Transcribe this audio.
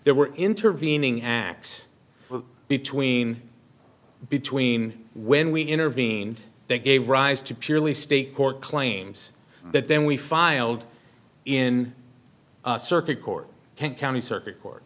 there were intervening acts between between when we intervened they gave rise to purely state court claims that then we filed in circuit court can't county circuit court